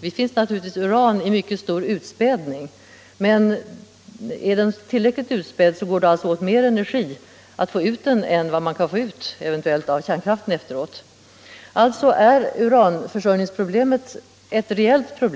Det finns naturligtvis uran i stor utspädning, men är det tillräckligt utspätt går det alltså åt mer energi att få ut det än vad man eventuellt kan få ut av kärnkraften efteråt. Alltså är uranförsörjningsproblemet reellt. Att